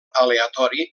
aleatori